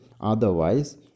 otherwise